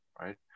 right